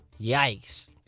yikes